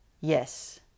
yes